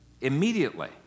Immediately